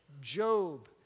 Job